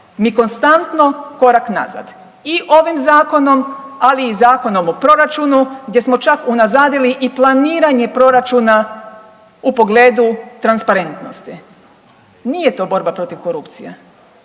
Mi konstantno korak nazad. I ovim zakonom, ali i Zakonom o proračunu gdje smo čak unazadili i planiranje proračuna u pogledu transparentnosti. Nije to borba protiv korupcije.